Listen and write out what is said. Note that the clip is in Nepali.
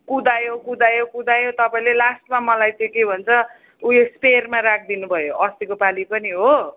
कुदायो कुदायो कुदायो तपाईँले लास्टमा मलाई चाहिँ के भन्छ उयो स्पेयरमा राखिदिनु भयो अस्तिको पालि पनि हो